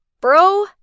bro